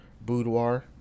boudoir